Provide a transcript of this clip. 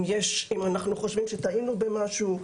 אם חושבים שטעינו במשהו,